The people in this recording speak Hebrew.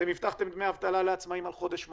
אתם הבטחתם דמי אבטלה לעצמאים על חודש מאי,